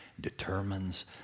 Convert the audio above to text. determines